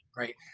Right